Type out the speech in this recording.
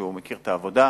שמכיר את העבודה,